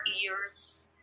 years